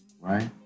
right